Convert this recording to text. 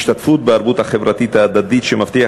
השתתפות בערבות החברתית ההדדית שמבטיח